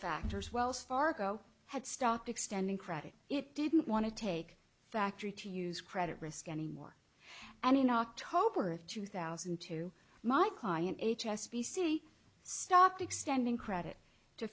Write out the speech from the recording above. factors wells fargo had stopped extending credit it didn't want to take factory to use credit risk anymore and in october of two thousand and two my client h s b c stopped extending credit to